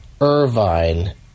Irvine